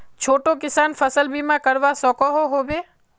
छोटो किसान फसल बीमा करवा सकोहो होबे?